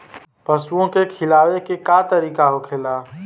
पशुओं के खिलावे के का तरीका होखेला?